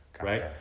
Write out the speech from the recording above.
Right